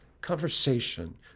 conversation